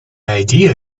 idea